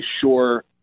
sure